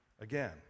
again